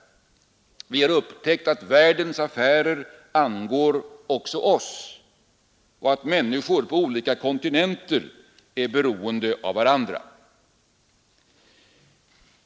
Vi har upptäckt att världens affärer angår också oss och att människor på olika kontinenter är beroende av varandra.